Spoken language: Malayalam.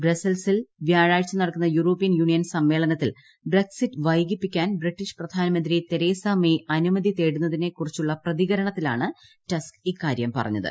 ബ്രസൽസിൽ വ്യാഴാഴ്ച നടക്കുന്ന യൂറോപ്യൻ യൂണിയൻ സമ്മേളനത്തിൽ ബ്രെക്സിറ്റ് വൈകിപ്പിക്കാൻ ബ്രിട്ടീഷ് പ്രധാനമന്ത്രി തെരേസ മേയ് അനുമതി തേടുന്നതിനെക്കുറിച്ചുളള പ്രതികരണത്തിലാണ് ടസ്ക് ഇക്കാര്യം പറഞ്ഞത്